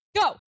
Go